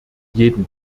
jeden